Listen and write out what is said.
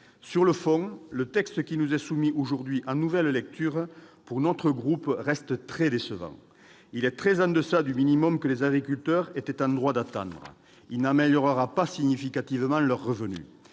Sur le fond, le texte qui nous est soumis aujourd'hui en nouvelle lecture reste très décevant. Il est bien en deçà du minimum que les agriculteurs étaient en droit d'attendre. Il n'améliorera pas significativement leur revenu.